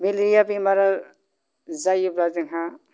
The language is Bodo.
मेलेरिया बेमार जायोब्ला जोंहा